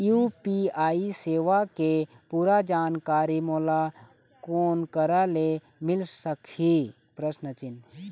UPI सेवा के पूरा जानकारी मोला कोन करा से मिल सकही?